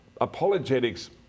apologetics